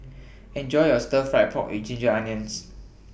Enjoy your Stir Fried Pork with Ginger Onions